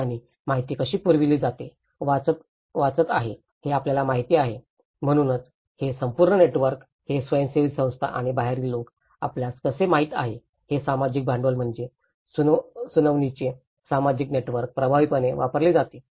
आणि माहिती कशी पुरविली जाते वाचत आहे हे आपल्याला माहित आहे म्हणून हे संपूर्ण नेटवर्क हे स्वयंसेवी संस्था आणि बाहेरील लोक आपल्यास कसे माहित आहेत हे सामाजिक भांडवल म्हणजे सुनावणीचे सामाजिक नेटवर्क प्रभावीपणे वापरले जाते